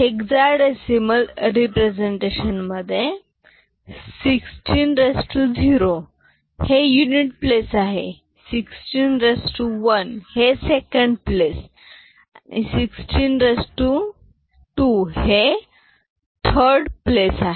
hexadecimal representation मध्ये 160 हे unit place आहे 161 हे सेकंड प्लेस आणि 162 हे थर्ड प्लेस आहे